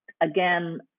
again